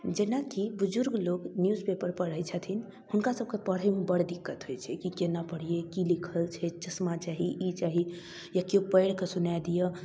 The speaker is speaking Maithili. जेनाकि बुजुर्ग लोक न्यूज पेपर पढ़ै छथिन हुनकासभके पढ़ैमे बड़ दिक्कत होइ छै कि कोना पढ़िए कि लिखल छै चश्मा चाही ई चाही या केओ पढ़िकऽ सुना दिअऽ